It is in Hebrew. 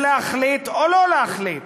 ולהחליט, או לא להחליט,